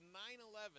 9-11